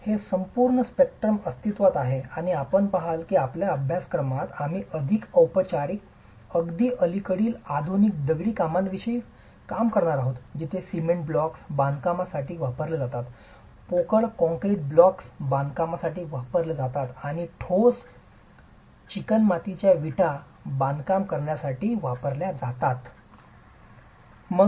तर हे संपूर्ण स्पेक्ट्रम अस्तित्त्वात आहे आणि आपण पहाल की आपल्या अभ्यासक्रमात आम्ही अधिक औपचारिक अगदी अलीकडील आधुनिक दगडी बांधकामांविषयी काम करणार आहोत जिथे सिमेंट ब्लॉक्स बांधकाम करण्यासाठी वापरले जातात पोकळ कॉंक्रीट ब्लॉक्स बांधकामासाठी वापरले जातात किंवा ठोस फायर्ड चिकणमातीच्या विटा बांधकाम करण्यासाठी वापरल्या जातात ठीक आहे